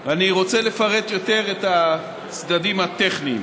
רוצה לפרט יותר את הצדדים הטכניים.